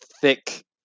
thick